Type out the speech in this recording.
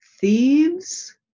Thieves